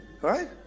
right